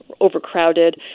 overcrowded